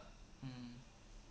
um